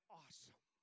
awesome